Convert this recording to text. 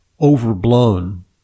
overblown